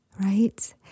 right